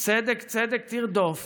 צדק צדק תרדוף